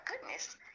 goodness